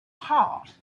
heart